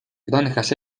granjas